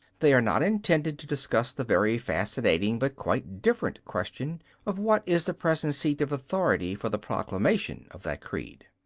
they are not intended to discuss the very fascinating but quite different question of what is the present seat of authority for the proclamation of that creed.